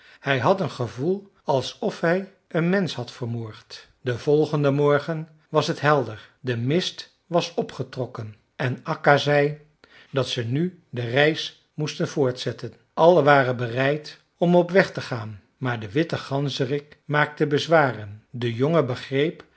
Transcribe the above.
hij had een gevoel alsof hij een mensch had vermoord den volgenden morgen was het helder de mist was opgetrokken en akka zei dat ze nu de reis moesten voortzetten allen waren bereid om op weg te gaan maar de witte ganzerik maakte bezwaren de jongen begreep